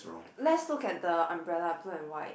let's look at the umbrella black and white